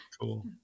Cool